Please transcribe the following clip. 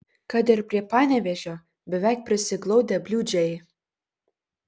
kad ir prie panevėžio beveik prisiglaudę bliūdžiai